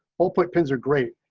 oh, put pins are great.